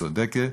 צודקת,